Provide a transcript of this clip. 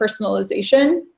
personalization